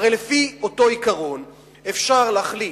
הרי לפי אותו עיקרון אפשר להחליט,